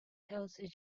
kelsey